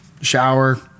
shower